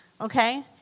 Okay